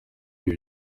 ibi